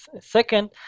second